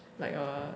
like a